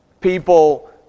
people